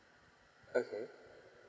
okay